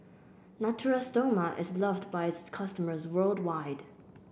Natura Stoma is loved by its customers worldwide